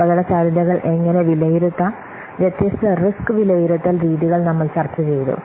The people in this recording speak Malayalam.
അപകടസാധ്യതകൾ എങ്ങനെ വിലയിരുത്താം വ്യത്യസ്ത റിസ്ക് വിലയിരുത്തൽ രീതികൾ നമ്മൾ ചർച്ചചെയ്തു